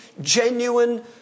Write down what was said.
genuine